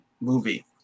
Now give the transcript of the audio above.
movie